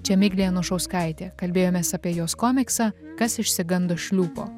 čia miglė anušauskaitė kalbėjomės apie jos komiksą kas išsigando šliūpo